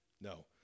No